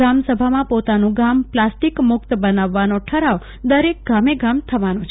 ગ્રામ સેભામાં પોતાનું ગામ પ્લાસ્ટિક મુક્ત બનાવવાનો ઠરાવ દરેક ગમે થવાનો છે